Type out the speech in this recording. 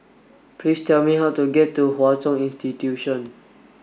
please tell me how to get to Hwa Chong Institution